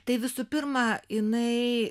tai visų pirma jinai